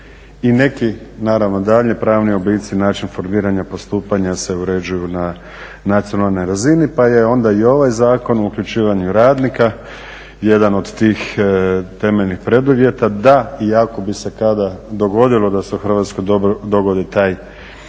I neki naravno daljnji pravni oblici, način formiranja postupanja se uređuju na nacionalnoj razini pa je onda i ovaj zakon o uključivanju radnika jedan od tih temeljnih preduvjeta da, i ako bi se kada dogodilo da se u Hrvatskoj dogodi taj oblik